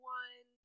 one